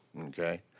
Okay